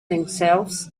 themselves